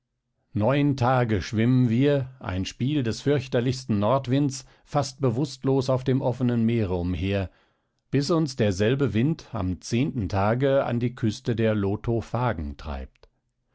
neun tage schwimmen wir ein spiel des fürchterlichsten nordwinds fast bewußtlos auf dem offenen meere umher bis uns derselbe wind am zehnten tage an die küste der lotophagen treibt